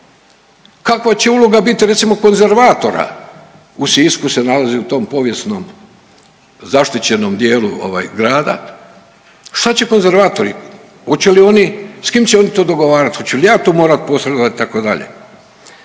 Kakva će uloga biti recimo konzervatora? U Sisku se nalazi u tom povijesnom, zaštićenom dijelu ovaj grada, šta će konzervatori, hoće li oni, s kim će oni to dogovarat, hoću li ja tu morat posredovati itd?